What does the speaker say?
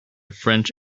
french